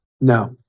no